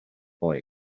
boy